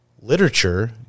literature